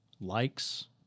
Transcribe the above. likes